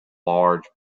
large